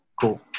Cool